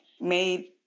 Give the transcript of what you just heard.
made